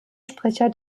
sprecher